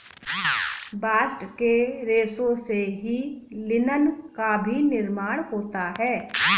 bast के रेशों से ही लिनन का भी निर्माण होता है